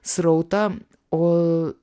srautą o